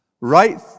Right